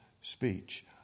speech